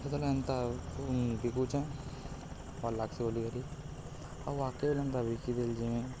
ସେତିର୍ ହେନ୍ତା ବିକୁଚେ ଭଲ୍ ଲାଗ୍ସି ବୋଲିକରି ଆଉ ଆଗ୍କେ ହେନ୍ତା ବିକିଦେଲି ଯିମେ